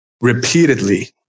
repeatedly